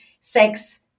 sex